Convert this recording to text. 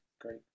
great